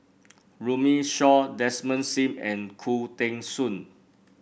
Runme Shaw Desmond Sim and Khoo Teng Soon